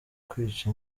kwica